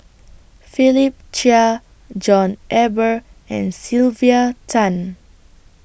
Philip Chia John Eber and Sylvia Tan